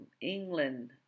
England